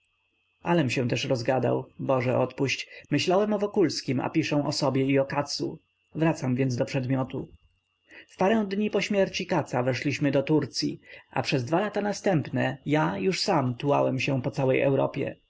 alem się też rozgadał boże odpuść myślałem o wokulskim a piszę o sobie i o katzu wracam więc do przedmiotu w parę dni po śmierci katza weszliśmy do turcyi a przez dwa lata następne ja już sam tułałem się po całej europie